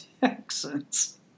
Texans